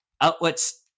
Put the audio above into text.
outlets